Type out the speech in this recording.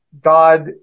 God